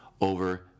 over